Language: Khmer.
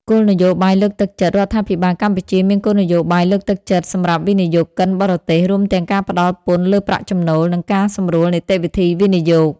គោលនយោបាយលើកទឹកចិត្ត រដ្ឋាភិបាលកម្ពុជាមានគោលនយោបាយលើកទឹកចិត្តសម្រាប់វិនិយោគិនបរទេស រួមទាំងការផ្ដល់ពន្ធលើប្រាក់ចំណូល និងការសម្រួលនីតិវិធីវិនិយោគ។